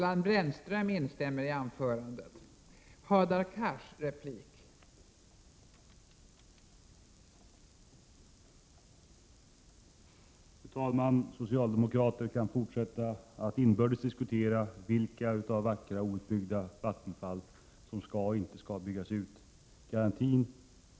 Fru talman! Socialdemokraterna kan fortsätta att inbördes diskutera vilka vackra outbyggda vattenfall som skall eller inte skall byggas ut.